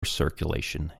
circulation